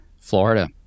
Florida